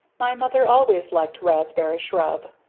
my mother always liked raspberry shrub,